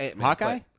Hawkeye